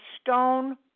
stone